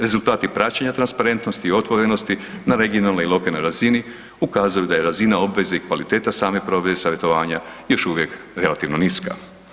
Rezultati praćenja transparentnosti i otvorenosti na regionalnoj i lokalnoj razini ukazuju da je razina obveze i kvaliteta same provedbe savjetovanja još uvijek relativno niska.